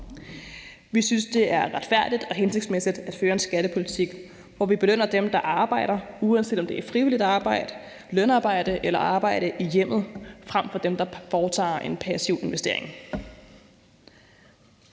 Vi synes, at det er retfærdigt og hensigtsmæssigt at føre en skattepolitik, hvor vi belønner dem, der arbejder, uanset om det er frivilligt arbejde, lønarbejde eller arbejde i hjemmet, frem for dem, der foretager en passiv investering.